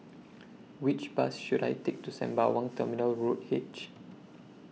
Which Bus should I Take to Sembawang Terminal Road H